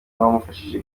wamufashije